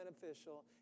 beneficial